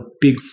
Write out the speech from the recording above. big